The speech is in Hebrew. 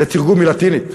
זה תרגום מלטינית.